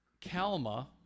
Kalma